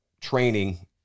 training